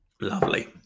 Lovely